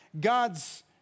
God's